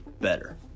better